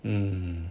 mm